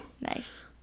Nice